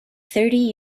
thirty